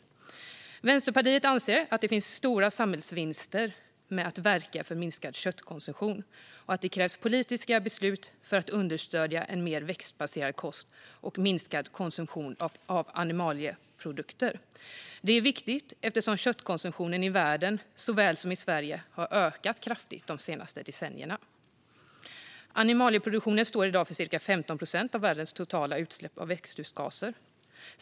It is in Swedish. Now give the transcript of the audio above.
Vänsterpartiet anser att det finns stora samhällsvinster med att verka för en minskad köttkonsumtion och att det krävs politiska beslut för att understödja en mer växtbaserad kost och en minskad konsumtion av animalieprodukter. Det är viktigt eftersom köttkonsumtionen i världen såväl som i Sverige har ökat kraftigt de senaste decennierna. Animalieproduktionen står i dag för ca 15 procent av världens totala utsläpp av växthusgaser.